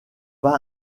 pas